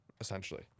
essentially